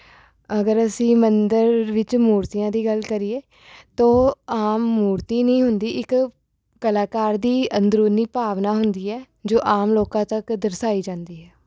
ਅਗਰ ਅਸੀਂ ਮੰਦਰ ਵਿੱਚ ਮੂਰਤੀਆਂ ਦੀ ਗੱਲ ਕਰੀਏ ਤੋ ਉਹ ਆਮ ਮੂਰਤੀ ਨਹੀਂ ਹੁੰਦੀ ਇੱਕ ਕਲਾਕਾਰ ਦੀ ਅੰਦਰੂਨੀ ਭਾਵਨਾ ਹੁੰਦੀ ਹੈ ਜੋ ਆਮ ਲੋਕਾਂ ਤੱਕ ਦਰਸਾਈ ਜਾਂਦੀ ਹੈ